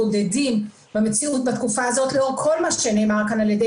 מתמודדים במציאות בתקופה הזאת לאור כל מה שנאמר כאן על ידי